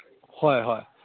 ꯍꯣꯏ ꯍꯣꯏ